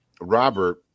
Robert